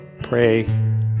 pray